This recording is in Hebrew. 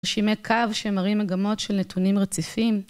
תרשימי קו שמראים מגמות של נתונים רציפים.